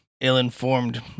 ill-informed